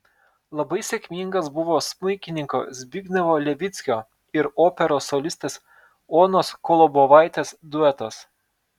labai sėkmingas buvo smuikininko zbignevo levickio ir operos solistės onos kolobovaitės duetas